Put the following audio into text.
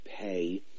pay